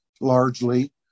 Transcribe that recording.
largely